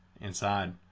inside